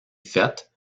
faites